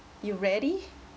you ready